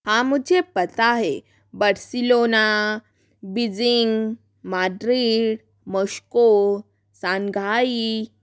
हाँ मुझे पता है Barcelona Beijing Madrid Moscow Shanghai